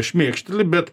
šmėkšteli bet